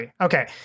Okay